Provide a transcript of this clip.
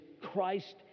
Christ